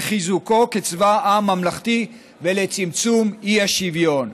לחיזוקו כצבא עם ממלכתי ולצמצום אי-השוויון".